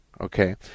Okay